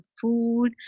food